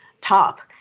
top